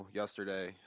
yesterday